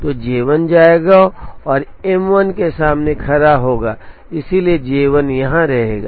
तो J 1 जाएगा और M 1 के सामने खड़ा होगा इसलिए J 1 यहाँ रहेगा